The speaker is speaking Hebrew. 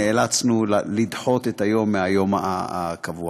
נאלצנו לדחות את היום מהיום הקבוע.